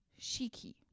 Shiki